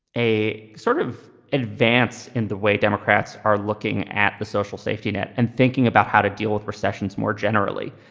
a sort of advance in the way democrats are looking at the social safety net and thinking about how to deal with recessions more generally,